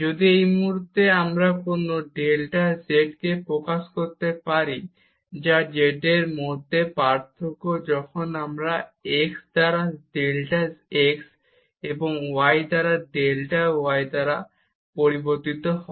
যদি এই মুহুর্তে আমরা z এর ভেরিয়েসন ডেল্টা z কে প্রকাশ করতে পারি যখন x দ্বারা ডেল্টা x এবং y দ্বারা ডেল্টা y দ্বারা পরিবর্তিত হয়